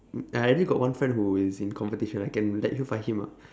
ya I already got one friend who is in competition I can let you fight him ah